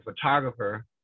photographer